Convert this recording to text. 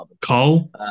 Cole